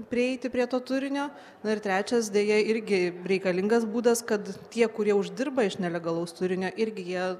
prieiti prie to turinio na ir trečias deja irgi reikalingas būdas kad tie kurie uždirba iš nelegalaus turinio irgi jie